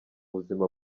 buzima